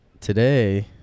today